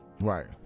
right